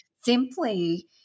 simply